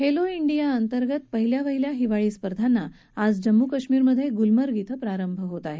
Khelo India अंतर्गत पहिल्या वहिल्या हिवाळी स्पर्धांना आज जम्मू काश्मीरमध्ये गुलमर्ग इथं प्रारंभ होत आहे